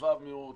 רחבה מאוד